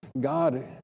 God